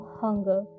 hunger